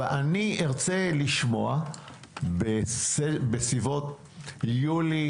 אני ארצה לשמוע בסביבות יולי,